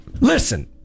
Listen